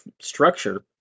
structure